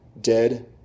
dead